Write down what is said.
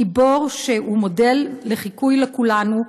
גיבור שהוא מודל חיקוי לכולנו,